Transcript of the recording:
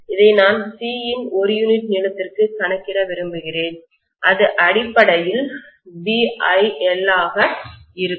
அதை நான் C இன் ஒரு யூனிட் நீளத்திற்கு கணக்கிட விரும்புகிறேன் அது அடிப்படையில் Bil ஆக இருக்கும்